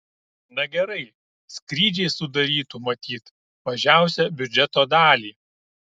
na gerai skrydžiai sudarytų matyt mažiausią biudžeto dalį